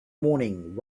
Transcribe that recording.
morning